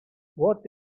what